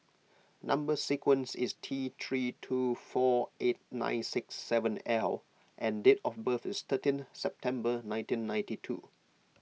Number Sequence is T three two four eight nine six seven L and date of birth is thirteen September nineteen ninety two